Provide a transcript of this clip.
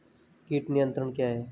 कीट नियंत्रण क्या है?